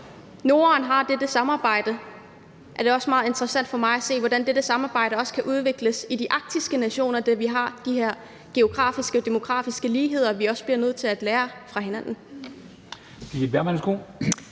Norden har dette samarbejde, er det også interessant for mig at se, hvordan et samarbejde kan udvikles mellem de arktiske nationer, da vi har de her geografiske og demografiske ligheder og også er nødt til at lære af hinanden.